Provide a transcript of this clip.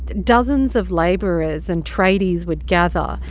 dozens of laborers and traders would gather.